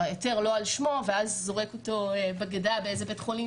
שכן ההיתר לא על שמו ואז הוא זורק אותו בגדה באיזה בית חולים